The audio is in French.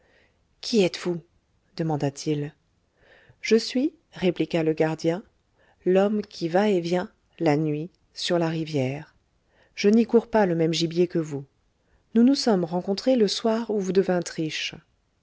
qui êtes-vous demanda-t-il je suis répliqua le gardien l'homme qui va et vient la nuit sur la rivière je n'y cours pas le même gibier que vous nous nous sommes rencontrés le soir où vous devîntes riche